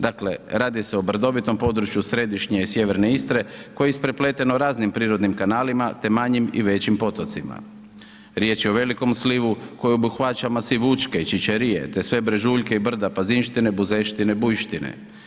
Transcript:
Dakle, radi se o brdovitom području središnje i sjeverne Istre koje je isprepleteno raznim prirodnim kanalima te manjim i većim potocima, riječ je o velikom slivu koji obuhvaća masiv Učke i Ćićarije te sve brežuljke i brda Pazinštine, Buzeštine, Bujštine.